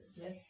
Yes